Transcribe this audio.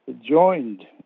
joined